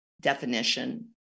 definition